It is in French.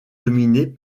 dominée